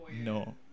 No